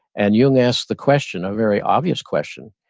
and jung asked the question, a very obvious question.